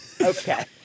Okay